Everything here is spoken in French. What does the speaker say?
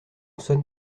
sonne